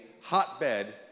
hotbed